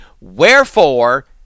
Wherefore